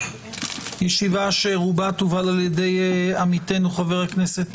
ישיבה שרובה תובל על ידי עמיתנו חבר הכנסת